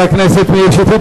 תודה לחבר הכנסת מאיר שטרית.